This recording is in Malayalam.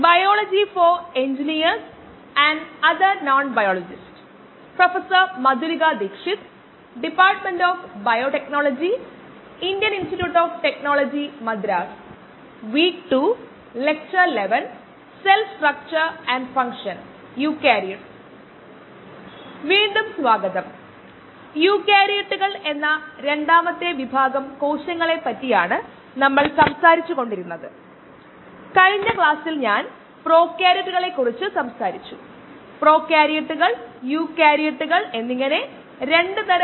ബയോ റിയാക്ടറുകളെക്കുറിച്ചുള്ള NPTEL ഓൺലൈൻ സർട്ടിഫിക്കേഷൻ കോഴ്സായ പ്രഭാഷണ നമ്പർ 11 ലേക്ക് സ്വാഗതം